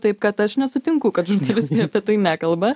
taip kad aš nesutinku kad žurnalistai apie tai nekalba